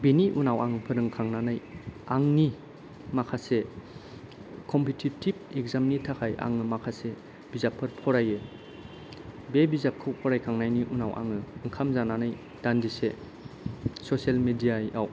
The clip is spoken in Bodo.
बेनि उनाव आङो फोरोंखांनानै आंनि माखासे कम्पितेतिभ एग्जाम नि थाखाय आङो माखासे बिजाबफोर फरायो बे बिजाबखौ फरायखांनायनि उनाव आङो ओंखाम जानानै दान्दिसे ससियेल मिडिया याव